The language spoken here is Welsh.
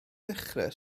dechrau